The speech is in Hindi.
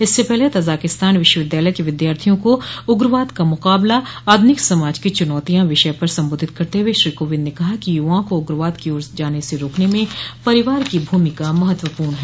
इससे पहले तजाकिस्तान विश्वविद्यालय के विद्यार्थियों को उग्रवाद का मुकाबला आधुनिक समाज की चुनौतिया विषय पर सम्बोधित करते हुए श्री कोविंद ने कहा कि युवाओं को उग्रवाद की ओर जाने से राकने में परिवार की भूमिका महत्वपूर्ण है